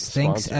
Thanks